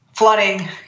flooding